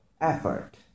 effort